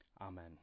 Amen